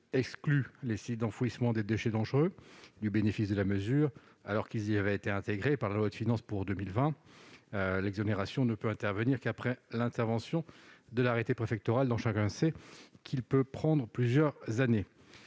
exclut les sites d'enfouissement des déchets dangereux du bénéfice d'une mesure qui leur est applicable d'après la loi de finances pour 2020. L'exonération ne peut intervenir qu'après la parution d'un arrêté préfectoral, dont chacun sait qu'elle peut prendre plusieurs années.